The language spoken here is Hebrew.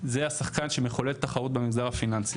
זה השחקן שמחולל תחרות במגזר הפיננסי.